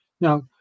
Now